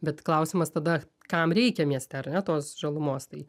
bet klausimas tada kam reikia mieste ar ne tos žalumos tai